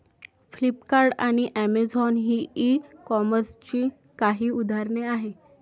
Flipkart आणि Amazon ही ई कॉमर्सची काही उदाहरणे आहे